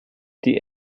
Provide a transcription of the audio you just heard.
die